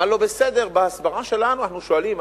מה לא בסדר בהסברה שלנו, אנחנו שואלים.